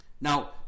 Now